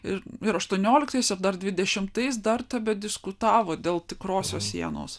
ir aštuonioliktais ir dar dvidešimtais dar tebediskutavo dėl tikrosios sienos